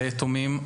לפרגן ליתומים,